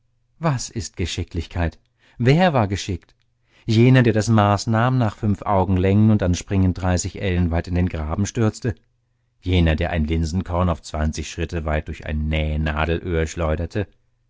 was ist geschicklichkeit wer war geschickt jener der das maß nahm nach fünf augenlängen und dann springend dreißig ellen weit in den graben stürzte jener der ein linsenkorn auf zwanzig schritte weit durch ein nähnadelöhr schleuderte